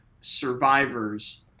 Survivors